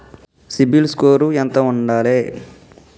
CIBIL score ఎంత ఉండాలే?